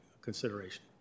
consideration